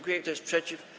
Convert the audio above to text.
Kto jest przeciw?